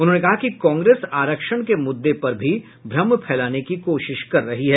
उन्होंने कहा कि कांग्रेस आरक्षण के मुद्दे पर भी भ्रम फैलाने की कोशिश कर रही है